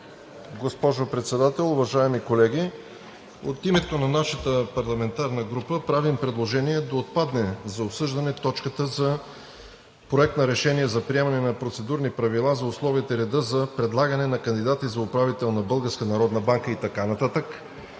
Госпожо Председател, уважаеми колеги! От името на нашата парламентарна група правя предложение да отпадне за обсъждане точката за Проект на решение за приемане на Процедурни правила за условията и реда за предлагане на кандидати за управител на Българска